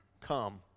Come